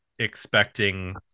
expecting